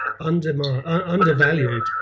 undervalued